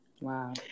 Wow